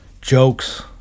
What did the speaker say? jokes